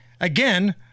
again